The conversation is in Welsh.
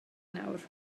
nawr